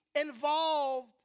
involved